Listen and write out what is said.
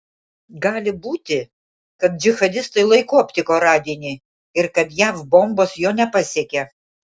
gali būti kad džihadistai laiku aptiko radinį ir kad jav bombos jo nepasiekė